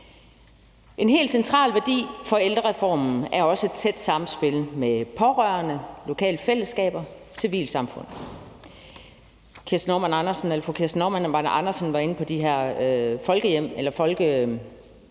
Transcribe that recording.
En helt central værdi for ældrereformen er også et tæt samspil med pårørende, lokale fællesskaber og civilsamfund. Fru Kirsten Normann Andersen var inde på de her folkehuse, som netop